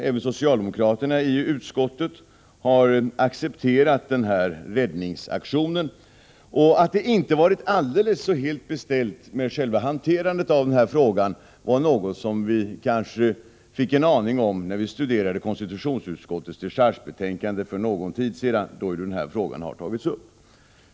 Även socialdemokraterna i utskottet har accepterat räddningsaktionen. Att det inte varit alldeles helt beställt med själva hanterandet av frågan var något som vi kanske fick en aning om när vi studerade konstitutionsutskottets dechargebetänkande för någon tid sedan, där ju den här frågan togs upp.